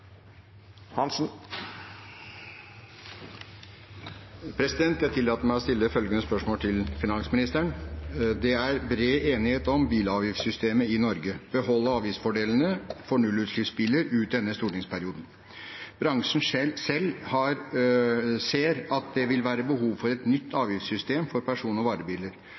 Hansen til finansministeren, vil verta svara på av samferdselsministeren på vegner av finansministeren, som er bortreist. Jeg tillater meg å stille følgende spørsmål: «Det er bred enighet om bilavgiftssystemet i Norge og å beholde avgiftsfordelene for nullutslippsbiler ut denne stortingsperioden. Bransjen selv ser at det vil være behov for et nytt avgiftssystem for person-